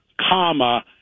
comma